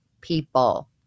people